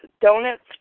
donuts